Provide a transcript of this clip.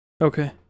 Okay